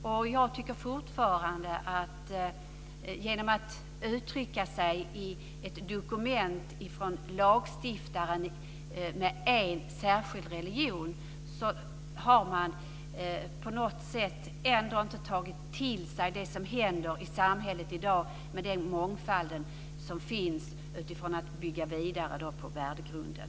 Om lagstiftaren i ett dokument uttrycker sig om en särskild religion har man på något sätt ändå inte tagit till sig det som händer i samhället i dag med den mångfald som finns för att bygga vidare på värdegrunden.